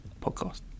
podcast